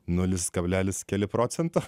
nulis kablelis keli procentai